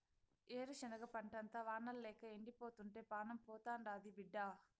ఏరుశనగ పంటంతా వానల్లేక ఎండిపోతుంటే పానం పోతాండాది బిడ్డా